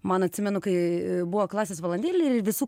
man atsimenu kai buvo klasės valandėlė ir visų